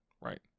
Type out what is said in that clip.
right